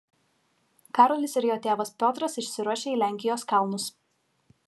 karolis ir jo tėvas piotras išsiruošia į lenkijos kalnus